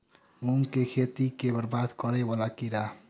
मूंग की खेती केँ बरबाद करे वला कीड़ा?